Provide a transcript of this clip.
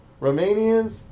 Romanians